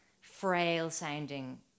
frail-sounding